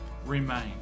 Remain